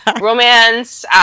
romance